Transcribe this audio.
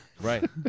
Right